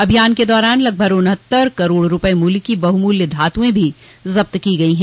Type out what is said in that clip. अभियान के दौरान लगभग उन्हत्तर करोड़ रूपये मूल्य की बहुमूल्य धातुए भी ज़ब्त की गई हैं